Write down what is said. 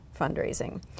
fundraising